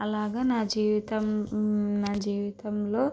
అలాగే నా జీవితం నా జీవితంలో